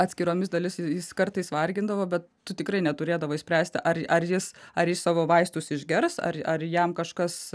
atskiromis dalis jis kartais vargindavo bet tu tikrai neturėdavai spręsti ar ar jis ar jis savo vaistus išgers ar ar jam kažkas